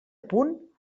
punt